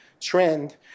trend